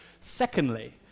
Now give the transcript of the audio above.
Secondly